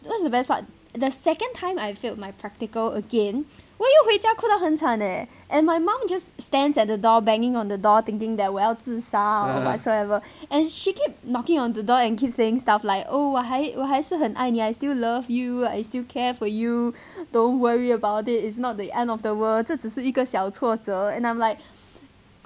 what's the best part the second time I failed my practical again 我又回家哭得很惨 leh and my mom just stands at the door banging on the door thinking that 我要自杀 or whatsoever and she kept knocking on the door and keep saying stuff like oh 我还我还是很爱你 I still love you I still care for you don't worry about it is not the end of the world 这只是一个小挫折 and I'm like